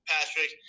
Patrick